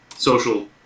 social